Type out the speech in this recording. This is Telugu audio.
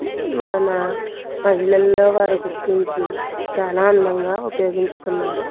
మన మహిళలల్లో వారు గుర్తించి చాలా అందంగా ఉపయోగించుకున్నారు